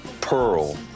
Pearl